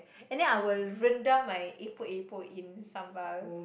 and then I will rendang my epok epok in sambal